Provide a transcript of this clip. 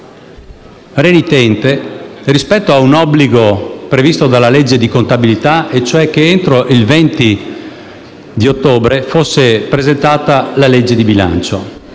renitente rispetto a un obbligo previsto dalla legge di contabilità: cioè che entro il 20 ottobre sia presentata la legge di bilancio.